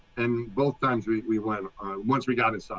and both times we we went once we got it.